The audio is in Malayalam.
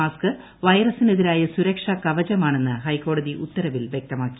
മാസ്ക് വൈറസിനെതിരായ സുരക്ഷാ കവചമാണെന്ന് ഹൈക്കോടതി ഉത്തരവിൽ വൃക്തമാക്കി